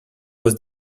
was